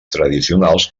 tradicionals